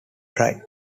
dry